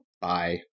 bye